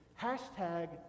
hashtag